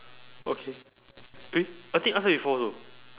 okay eh I think you asked that before also